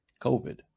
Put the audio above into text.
COVID